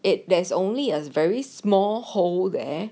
it there's only a very small hole there